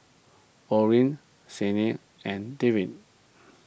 Orin Signe and Trevin